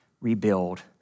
rebuild